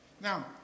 Now